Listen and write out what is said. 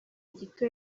gito